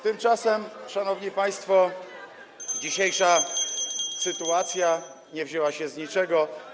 Tymczasem, szanowni państwo, dzisiejsza sytuacja nie wzięła się z niczego.